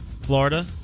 Florida